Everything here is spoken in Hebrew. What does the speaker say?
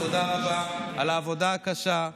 תודה רבה על העבודה הקשה,